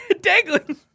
dangling